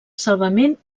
salvament